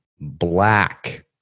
black